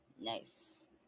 Nice